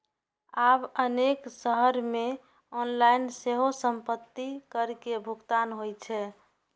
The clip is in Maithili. आब अनेक शहर मे ऑनलाइन सेहो संपत्ति कर के भुगतान होइ छै